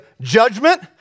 judgment